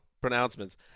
pronouncements